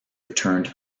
returned